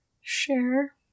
share